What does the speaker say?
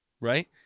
right